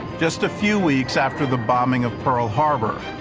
just a few weeks after the bombing of pearl harbor.